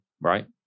right